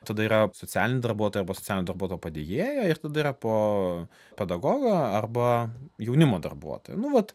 tada yra socialinė darbuotoja arba socialinio darbuotojo padejėja ir tada yra po pedagogo arba jaunimo darbuotojo nu vat